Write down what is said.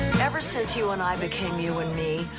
ever since you and i became you and me,